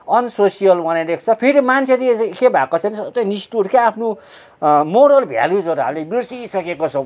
unsocial बनाइदिएको छ फेरि मान्छे चाहिँ के भएको छ भने निष्ठुर क्या आफ्नो मोरल भ्याल्युजहरू हामीले बिर्सिसकेको छौँ